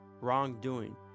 wrongdoing